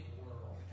world